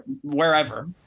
wherever